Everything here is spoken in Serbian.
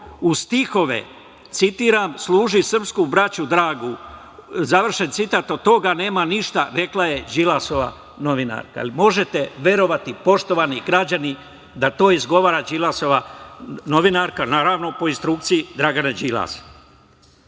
uz stihove, citiram – služi srpsku braću dragu. Završen citat. Od toga nema ništa, rekla je Đilasova novinarka. Jel možete verovati, poštovani građani, da to izgovara Đilasova novinarka, naravno, po instrukciji Dragana